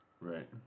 Right